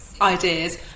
ideas